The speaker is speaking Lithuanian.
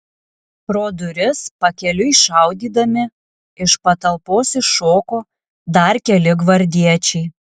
pro duris pakeliui šaudydami iš patalpos iššoko dar keli gvardiečiai